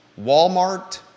Walmart